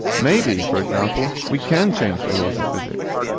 maybe, for example, we can change the laws of physics,